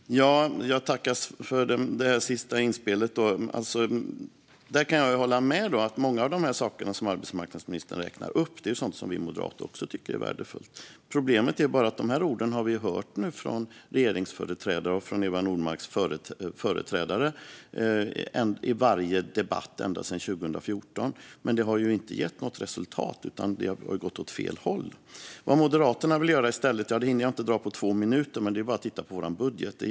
Herr ålderspresident! Jag tackar för det sista inspelet. Jag kan hålla med här. Många av de saker som arbetsmarknadsministern räknar upp är sådant som vi moderater också tycker är värdefulla. Problemet är bara att vi har hört dessa ord från regeringsföreträdare och från Eva Nordmarks företrädare i varje debatt sedan 2014, men det har inte gett något resultat. Det har ju gått åt fel håll. Vad Moderaterna vill göra i stället hinner jag inte dra på två minuter, men det är bara att titta på vår budgetmotion.